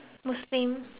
uh